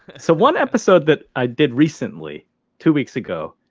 so one episode that i did recently two weeks ago.